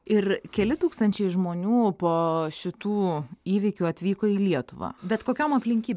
ir keli tūkstančiai žmonių po šitų įvykių atvyko į lietuvą bet kokiom aplinkybėm